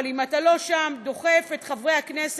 אבל אם אתה לא היית שם, דוחף את חברי הכנסת,